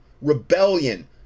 Rebellion